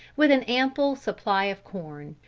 with an ample supply of corn,